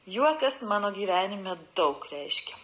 juokas mano gyvenime daug reiškia